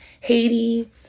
Haiti